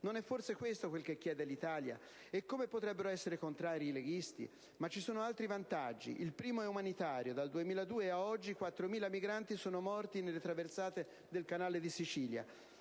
Non è forse questo quel che chiede l'Italia? E come potrebbero essere contrari i leghisti? Ma ci sono altri vantaggi. Il primo è umanitario ed è inerente il fatto che, dal 2002 a oggi, 4.000 migranti sono morti nelle traversate del canale di Sicilia: